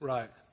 Right